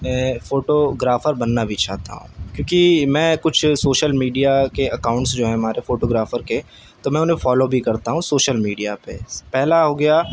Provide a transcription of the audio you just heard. photographer بننا بھی چاہتا ہوں کیوں کہ میں کچھ سوشل میڈیا کے اکاؤنٹس جو ہیں ہمارے فوٹوگرافر کے تو میں انہیں فالو بھی کرتا ہوں سوشل میڈیا پہ پہلا ہو گیا